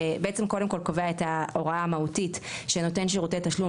בעצם קודם כל קובע את ההוראה המהותית שנותן שירותי תשלום